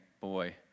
boy